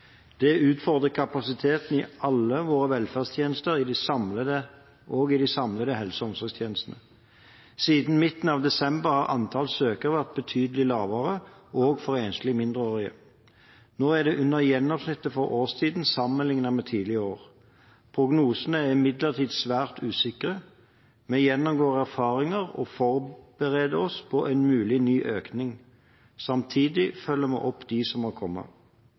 Det utfordret kapasiteten i alle våre velferdstjenester og i de samlede helse- og omsorgstjenestene. Siden midten av desember har antallet søkere vært betydelig lavere, også for enslige mindreårige. Nå er det under gjennomsnittet for årstiden sammenlignet med tidligere år. Prognosene er imidlertid svært usikre. Vi gjennomgår erfaringer og forbereder oss på en mulig ny økning. Samtidig følger vi opp dem som